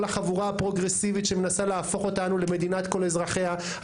החבורה הפרוגרסיבית שמנסה להפוך אותנו למדינת כל אזרחיה.